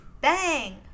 Bang